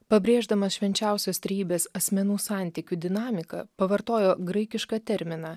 pabrėždamas švenčiausios trejybės asmenų santykių dinamika pavartojo graikišką terminą